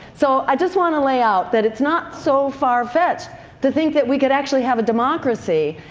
so i just want to lay out that it's not so far-fetched to think that we could actually have a democracy,